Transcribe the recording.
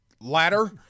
ladder